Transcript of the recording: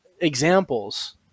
examples